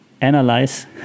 analyze